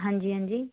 ਹਾਂਜੀ ਹਾਂਜੀ